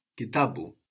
Kitabu